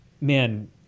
man